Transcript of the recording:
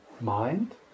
mind